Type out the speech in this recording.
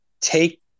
take